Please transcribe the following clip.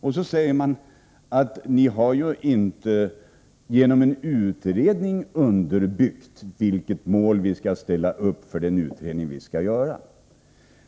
Och så säger man: Ni har ju inte genom en utredning underbyggt vilket mål vi skall ställa upp för den utredning som vi skall göra.